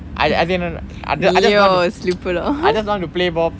I just I just want to I just want to play ball